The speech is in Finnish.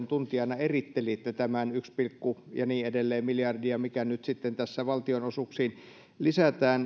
tuntijana erittelitte tämän yksi pilkku ja niin edelleen miljardia mikä nyt sitten tässä valtionosuuksiin lisätään